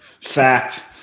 Fact